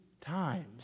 times